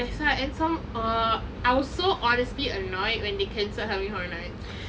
that's why and some err I was so honestly annoyed when they cancelled halloween horror nights